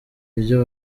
ibyo